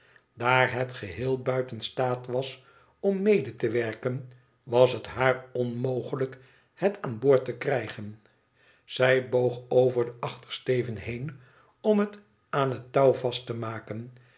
daar het geheel buiten staat was om mede te werken was het haar onmogelijk het aan boord te krijgen zij boog over den achtersteven heen om het aan het touw vast te maken